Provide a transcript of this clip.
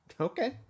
Okay